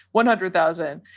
one hundred thousand.